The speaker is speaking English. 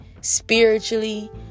Spiritually